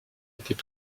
était